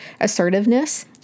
assertiveness